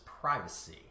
privacy